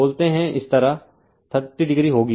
बोलते इस तरह 30o होगी